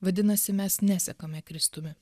vadinasi mes nesekame kristumi